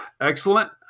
excellent